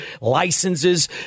Licenses